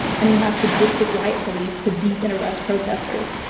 and he has sadistic riot police to beat and arrest protestors.